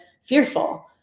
fearful